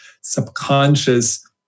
subconscious